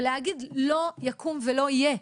ולהגיד לא יקום ולא יהיה,